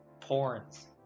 porns